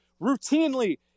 routinely